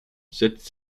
setzt